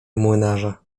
młynarza